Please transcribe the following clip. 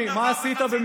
הרי לא עשית דבר וחצי דבר.